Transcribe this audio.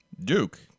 Duke